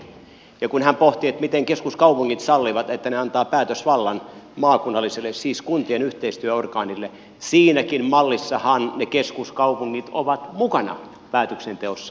ja kun hän pohtii miten keskuskaupungit sallivat että ne antavat päätösvallan maakunnalliselle siis kuntien yhteistyöorgaanille niin siinä mallissahan ne keskuskaupungit ovat mukana päätöksenteossa